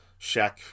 Shaq